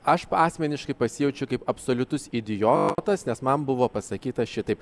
aš asmeniškai pasijaučiau kaip absoliutus idiotas nes man buvo pasakyta šitaip